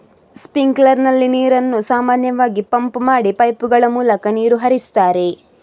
sprinkler ನಲ್ಲಿ ನೀರನ್ನು ಸಾಮಾನ್ಯವಾಗಿ ಪಂಪ್ ಮಾಡಿ ಪೈಪುಗಳ ಮೂಲಕ ನೀರು ಹರಿಸ್ತಾರೆ